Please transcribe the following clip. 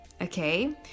okay